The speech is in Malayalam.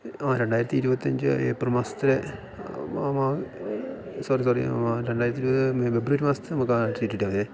രണ്ടായിരത്തി ഇരുപത്തി അഞ്ച് ഏപ്രിൽ മാസത്തിലെ സോറി സോറി രണ്ടായിരത്തി ഇരുപത് ഫെബ്രുവരി മാസത്തെ നമുക്ക് ആ ചീട്ട് കിട്ടിയാൽ മതിയേ